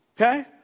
Okay